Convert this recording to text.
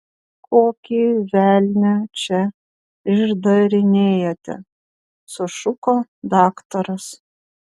kokį velnią čia išdarinėjate sušuko daktaras